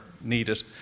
needed